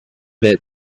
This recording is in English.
bit